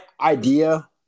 idea